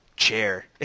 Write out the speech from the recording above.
Chair